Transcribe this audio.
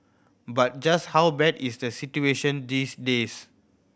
but just how bad is the situation these days